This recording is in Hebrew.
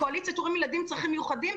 כקואליציית הורים לילדים עם צרכים מיוחדים,